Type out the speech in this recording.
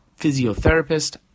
physiotherapist